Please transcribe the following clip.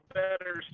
better